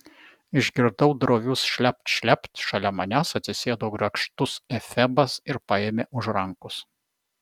išgirdau drovius šlept šlept šalia manęs atsisėdo grakštus efebas ir paėmė už rankos